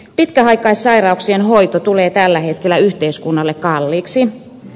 pitkäaikaissairauksien hoito tulee tällä hetkellä yhteiskunnalle kalliiksi